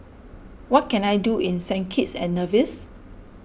what can I do in Saint Kitts and Nevis